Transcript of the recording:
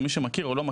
למי שלא מכיר,